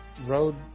Road